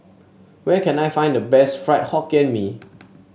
where can I find the best Fried Hokkien Mee